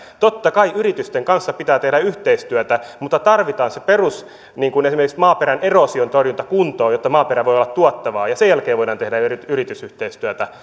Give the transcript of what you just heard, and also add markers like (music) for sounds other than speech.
totta kai yritysten kanssa pitää tehdä yhteistyötä mutta tarvitaan se perusta niin kuin esimerkiksi maaperän eroosion torjunta kuntoon jotta maaperä voi olla tuottavaa ja sen jälkeen voidaan tehdä yritysyhteistyötä (unintelligible)